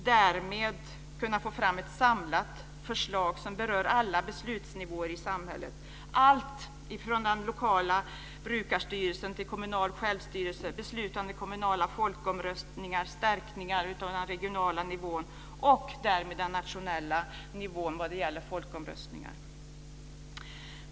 Därmed skulle man kunna få fram ett samlat förslag som berör alla beslutsnivåer i samhället, alltifrån den lokala brukarstyrelsen till kommunal självstyrelse, beslutande kommunala folkomröstningar, förstärkning av den regionala nivån och därmed den nationella nivån vad gäller folkomröstningar.